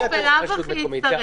ראש הרשות בלאו הכי יצטרך.